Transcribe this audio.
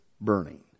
burning